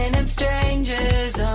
and strange is on